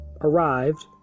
arrived